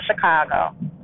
Chicago